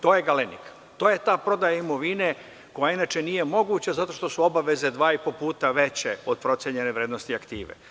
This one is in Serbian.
To je ta prodaja imovine koja inače nije moguća zato što su obaveze dva i po puta veće od procenjene vrednosti aktive.